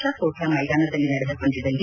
ಷಾ ಕೋಟ್ಲಾ ಮೈದಾನದಲ್ಲಿ ನಡೆದ ಪಂದ್ಯದಲ್ಲಿ